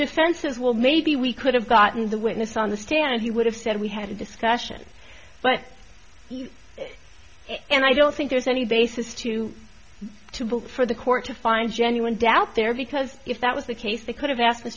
says well maybe we could have gotten the witness on the stand he would have said we had a discussion but he and i don't think there's any basis to to build for the court to find genuine doubt there because if that was the case they could have asked